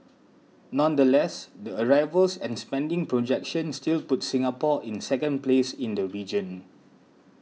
nonetheless the arrivals and spending projections still put Singapore in second place in the region